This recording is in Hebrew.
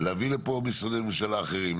להביא לפה משרדי ממשלה אחרים,